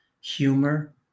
humor